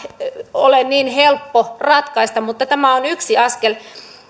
ole niin helppo ratkaista mutta tämä on yksi askel